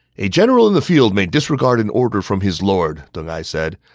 a general in the field may disregard an order from his lord, deng ai said.